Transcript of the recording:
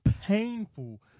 painful